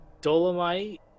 Dolomite